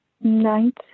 ninth